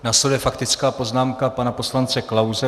Následuje faktická poznámka pana poslance Klause.